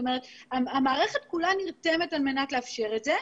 כל המערכת נרתמת על מנת לאפשר את זה.